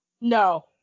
No